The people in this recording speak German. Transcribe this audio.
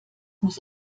muss